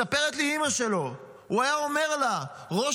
מספרת לי אימא שלו שהוא היה אומר לה: ראש